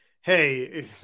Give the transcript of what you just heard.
hey